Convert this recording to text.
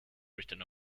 written